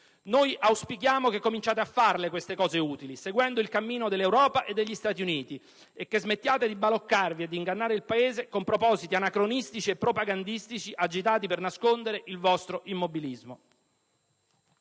Noi auspichiamo che cominciate a farle queste cose utili, seguendo il cammino dell'Europa e degli Stati Uniti, e che smettiate di baloccarvi e di ingannare il Paese con propositi anacronistici e propagandistici agitati per nascondere il vostro immobilismo.